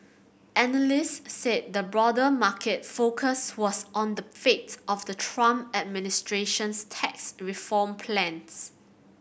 analysts said the broader market focus was on the fate of the Trump administration's tax reform plans